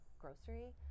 grocery